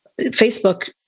Facebook